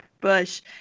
bush